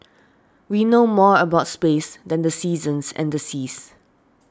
we know more about space than the seasons and the seas